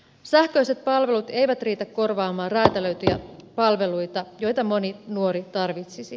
sähköiset palvelut eivät riitä korvaamaan räätälöityjä palveluita joita moni nuori tarvitsisi